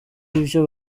ivyo